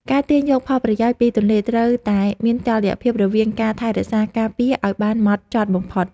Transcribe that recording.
ការទាញយកផលប្រយោជន៍ពីទន្លេត្រូវតែមានតុល្យភាពជាមួយនឹងការថែរក្សាការពារឱ្យបានម៉ត់ចត់បំផុត។